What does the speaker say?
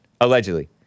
Allegedly